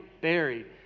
buried